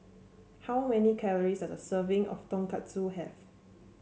how many calories does serving of Tonkatsu have